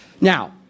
Now